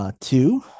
Two